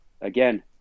again